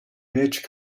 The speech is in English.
which